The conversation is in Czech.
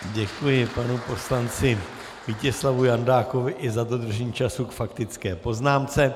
Děkuji panu poslanci Vítězslavu Jandákovi i za dodržení času k faktické poznámce.